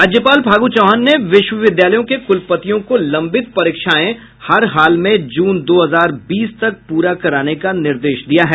राज्यपाल फागु चौहान ने विश्वविद्यालयों के कुलपतियों को लंबित परीक्षाएं हरहाल में जून दो हजार बीस तक प्ररा कराने का निर्देश दिया है